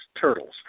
turtles